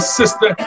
sister